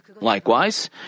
Likewise